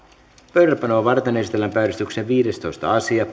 pöydällepanoa varten esitellään päiväjärjestyksen viidestoista asia